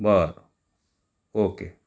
बरं ओके